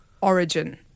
origin